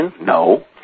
No